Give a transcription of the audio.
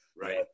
Right